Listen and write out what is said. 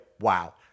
wow